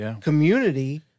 community